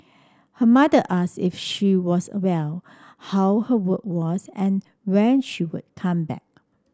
her mother asked if she was well how her work was and when she would come back